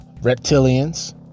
reptilians